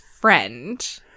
friend